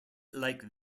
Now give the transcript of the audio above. like